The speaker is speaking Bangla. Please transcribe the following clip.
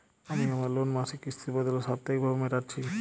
আমি আমার লোন মাসিক কিস্তির বদলে সাপ্তাহিক ভাবে মেটাচ্ছি